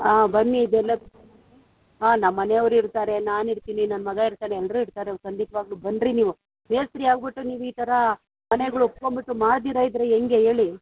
ಹಾಂ ಬನ್ನಿ ಇದೆಲ್ಲ ಹಾಂ ನಮ್ಮ ಮನೆಯವರು ಇರ್ತಾರೆ ನಾನು ಇರ್ತೀನಿ ನನ್ನ ಮಗ ಇರ್ತಾನೆ ಎಲ್ಲರೂ ಇರ್ತಾರೆ ಖಂಡಿತವಾಗ್ಲೂ ಬನ್ನಿರಿ ನೀವು ಮೇಸ್ತ್ರಿ ಆಗಿಬಿಟ್ಟು ನೀವು ಈ ಥರ ಮನೆಗಳು ಒಪ್ಕೊಂಡ್ಬಿಟ್ಟು ಮಾಡದಿರ ಇದ್ದರೆ ಹೆಂಗೆ ಹೇಳಿ